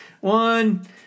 one